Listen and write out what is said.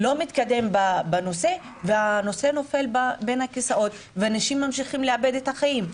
הנושא לא מתקדם והנושא נופל בין הכיסאות ואנשים ממשיכים לאבד את החיים.